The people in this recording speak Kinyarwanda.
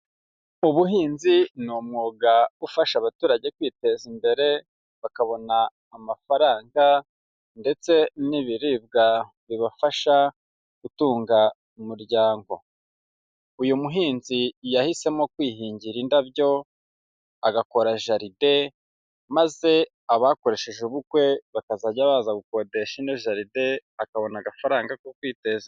Ubuhinzi ni umwuga ufasha abaturage kwiteza imbere, bakabona amafaranga ndetse n'ibiribwa bibafasha gutunga umuryango, uyu muhinzi yahisemo kwihingira indabyo agakora jaride maze abakoresheje ubukwe bakazajya baza gukodesha ino jaride akabona agafaranga ko kwiteza imbere.